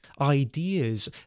ideas